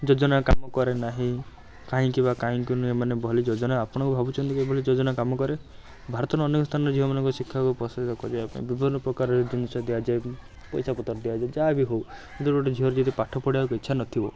ଯୋଜନା କାମ କରେ ନାହିଁ କାହିଁକି ବା କାଇଁକି ନୁହେଁ ମାନେ ଭଲ ଯୋଜନା ଆପଣ ଭାବୁଛନ୍ତି କି ଏଭଳି ଯୋଜନା କାମ କରେ ଭାରତର ଅନେକ ସ୍ଥାନରେ ଝିଅମାନଙ୍କ ଶିକ୍ଷାକୁ ପ୍ରୋତ୍ସାହିତ କରିବାପାଇଁ ବିଭିନ୍ନପ୍ରକାର ଜିନିଷ ଦିଆଯାଏ ପଇସାପତ୍ର ଦିଆଯାଏ ଯାହାବି ହେଉ କିନ୍ତୁ ଗୋଟେ ଝିଅର ଯଦି ପାଠ ପଢ଼ିବାକୁ ଇଚ୍ଛା ନଥିବ